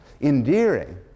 endearing